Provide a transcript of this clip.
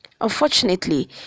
Unfortunately